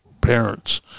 parents